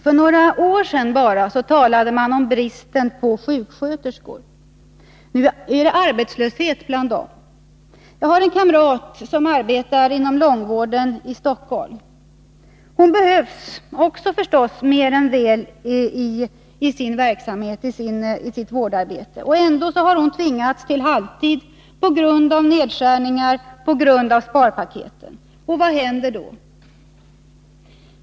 För bara några år sedan talade man om bristen på sjuksköterskor — nu är det arbetslöshet bland dem. Jag har en kamrat som arbetar inom långvården i Stockholm. Hon behövs också mer än väl i vården. Ändå har hon tvingats till halvtid på grund av nedskärningar, på grund av sparpaketen. Vad händer då?